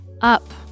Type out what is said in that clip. up